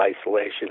isolation